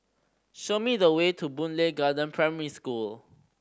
show me the way to Boon Lay Garden Primary School